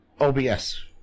OBS